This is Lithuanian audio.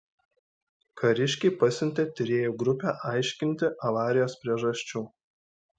kariškiai pasiuntė tyrėjų grupę aiškinti avarijos priežasčių